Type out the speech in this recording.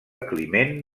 climent